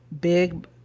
big